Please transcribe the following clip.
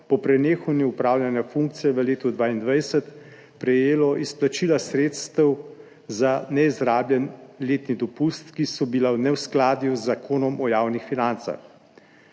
po prenehanju opravljanja funkcije v letu 2022 prejelo izplačila sredstev za neizrabljen letni dopust, ki so bila v neskladju z Zakonom o javnih financah.